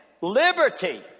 Liberty